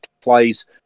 plays